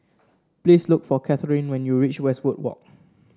please look for Kathyrn when you reach Westwood Walk